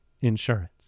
insurance